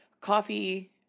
coffee